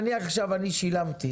נניח עכשיו אני שילמתי,